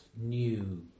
new